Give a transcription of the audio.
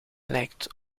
lijkt